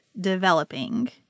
developing